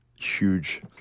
huge